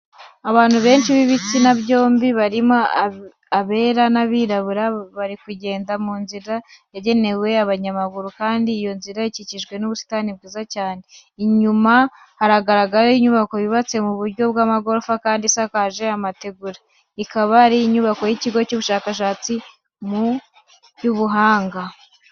Abantu benshi b'ibitsina byombi barimo abera n'abirabura, bari kugenda mu nzira yagenewe abanyamaguru kandi iyo nzira ikikijwe n'ubusitani bwiza cyane. Inyuma hagaragara inyubako yubatse mu buryo bw'amagorofa kandi isakaje amategura. Ikaba ari inyubako y'ikigo cy'ubushakashatsi mu by'ubuhanga.